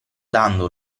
dando